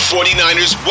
49ers